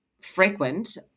frequent